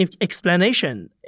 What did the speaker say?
explanation